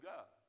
God